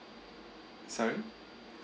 sorry